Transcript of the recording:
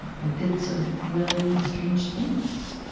i did some really strange things.